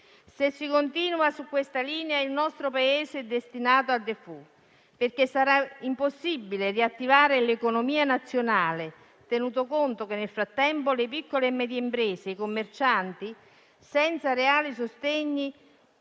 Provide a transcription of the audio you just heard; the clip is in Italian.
Se si continua su questa linea, il nostro Paese è destinato al *default*, perché sarà impossibile riattivare l'economia nazionale, tenuto conto che nel frattempo le piccole e medie imprese e i commercianti, senza reali sostegni